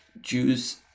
Jews